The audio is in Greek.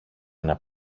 ένα